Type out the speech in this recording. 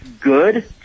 good